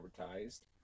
advertised